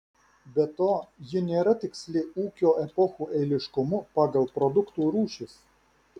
be to ji nėra tiksli ūkio epochų eiliškumu pagal produktų rūšis